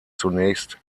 zunächst